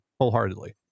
wholeheartedly